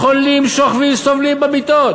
חולים שוכבים וסובלים במיטות